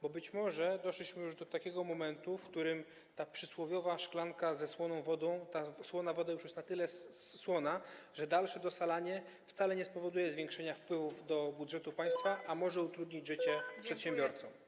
Bo być może doszliśmy już do takiego momentu, w którym w tej przysłowiowej szklance ze słoną wodą ta słona woda jest już na tyle słona, że dalsze dosalanie wcale nie spowoduje zwiększenia wpływów do budżetów państwa, a może utrudnić życie przedsiębiorcom.